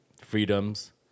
freedoms